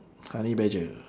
honey badger